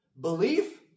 Belief